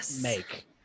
make